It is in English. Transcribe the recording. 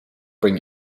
bring